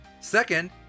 Second